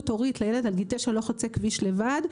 הורית לילד עד גיל תשע שלא חוצה כביש לבד,